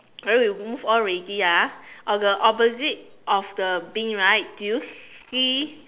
then we move on already ah on the opposite of the bin right do you see